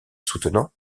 soutenant